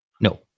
No